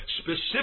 specific